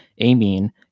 amine